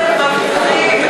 מבטיחים,